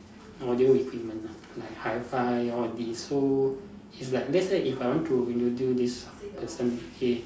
audio equipment lah like Hi-Fi all this so if like let's say if I want to introduce this person okay